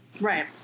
Right